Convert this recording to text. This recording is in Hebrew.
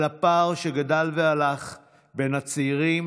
על הפער שגדל והלך בין הצעירים,